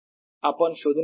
r rr r3 r rr r3 1।r r। dl